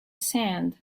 sand